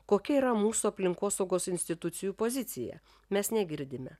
kokia yra mūsų aplinkosaugos institucijų pozicija mes negirdime